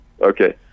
Okay